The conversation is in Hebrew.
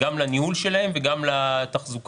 גם לניהול שלהם וגם לתחזוקה.